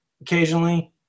occasionally